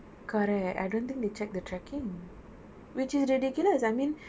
correct I don't think they check the tracking which is ridiculous I mean